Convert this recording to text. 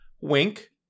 wink